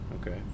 Okay